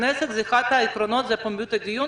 בכנסת אחד העקרונות הוא פומביות הדיון